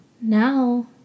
now